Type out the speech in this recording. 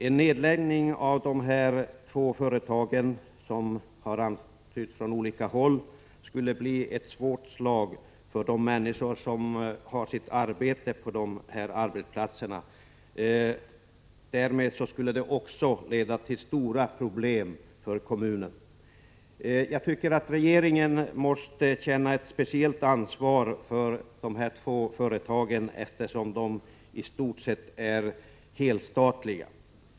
En nedläggning av dessa två företag — som har antytts från olika håll — skulle bli ett svårt slag för de människor som har sitt arbete vid företagen. Därmed skulle det också bli stora problem för kommunen. Jag tycker att regeringen måste känna ett speciellt ansvar för de här två företagen, eftersom de i stort sett är helstatliga.